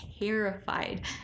terrified